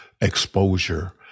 exposure